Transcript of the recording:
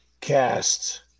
cast